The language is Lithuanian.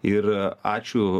ir ačiū